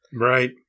Right